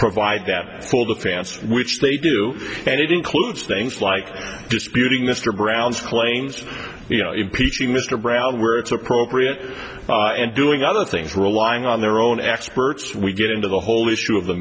provide that for the fans which they do and it includes things like disputing mr brown's claims you know impeaching mr brown where it's appropriate and doing other things relying on their own experts we get into the whole issue of the